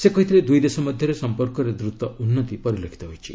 ସେ କହିଛନ୍ତି ଦୁଇ ଦେଶ ମଧ୍ୟରେ ସମ୍ପର୍କରେ ଦ୍ରତ ଉନ୍ନତି ପରିଲକ୍ଷିତ ହୋଇଛି